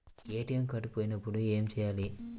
ATM card పోయినప్పుడు ఏమి చేయాలి?